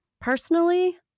Personally